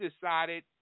decided